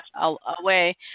away